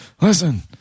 Listen